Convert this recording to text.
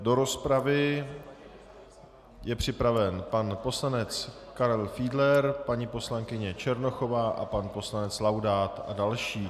Do rozpravy je připraven pan poslanec Karel Fiedler, paní poslankyně Černochová, pan poslanec Laudát a další.